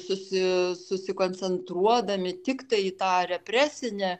susi susikoncentruodami tiktai į tą represinę